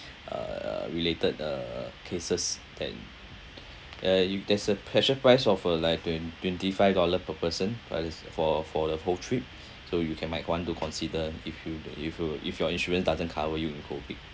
uh uh related uh cases that uh if there's a special price of uh like twen~ twenty five dollar per person for this for for the whole trip so you can might want to consider if you if you if your insurance doesn't cover you in COVID